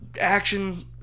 action